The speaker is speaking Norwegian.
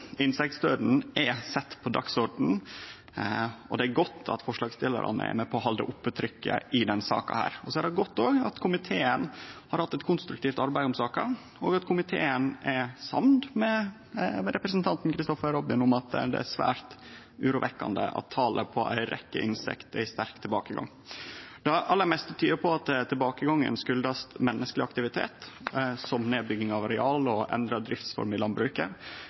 er sett på dagsordenen, og det er godt at forslagsstillaren er med på å halde oppe trykket i denne saka. Det er òg godt at komiteen har hatt eit konstruktivt arbeid om saka, og at komiteen er samd med representanten Kristoffer Robin i at det er svært urovekkjande at talet på ei rekkje insekt er i sterk tilbakegang. Det aller meste tyder på at tilbakegangen kjem av menneskeleg aktivitet, som nedbygging av areal og endra driftsform i landbruket.